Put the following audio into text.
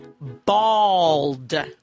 bald